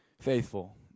Faithful